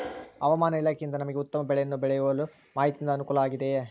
ಹವಮಾನ ಇಲಾಖೆಯಿಂದ ನಮಗೆ ಉತ್ತಮ ಬೆಳೆಯನ್ನು ಬೆಳೆಯಲು ಮಾಹಿತಿಯಿಂದ ಅನುಕೂಲವಾಗಿದೆಯೆ?